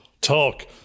talk